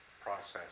process